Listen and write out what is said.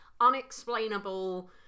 unexplainable